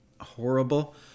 horrible